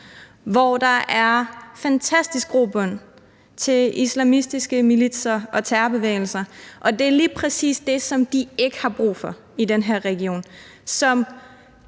hvor der er fantastisk grobund til islamistiske militser og terrorbevægelser, og det er lige præcis det, som de ikke har brug for i den her region,